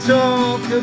talk